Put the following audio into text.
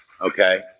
Okay